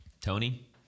Tony